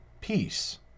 peace